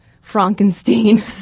Frankenstein